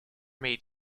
made